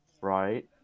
right